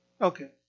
Okay